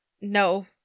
No